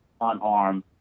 unarmed